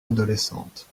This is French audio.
adolescente